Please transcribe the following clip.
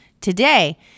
today